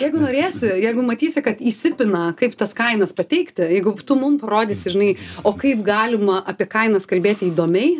jeigu norėsi jeigu matysi kad įsipina kaip tas kainas pateikti jeigu tu mum parodysi žinai o kaip galima apie kainas kalbėti įdomiai